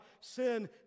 sin